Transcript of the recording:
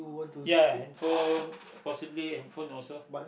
ya handphone possibly handphone also